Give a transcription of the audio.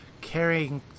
carrying